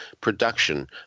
production